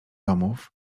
domów